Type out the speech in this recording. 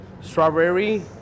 strawberry